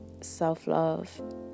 self-love